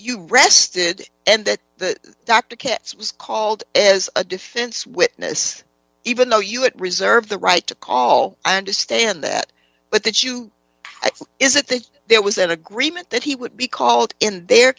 you've rested and that the doctor was called as a defense witness even though you had reserved the right to call i understand that but that you is it that there was an agreement that he would be called in their